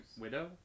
Widow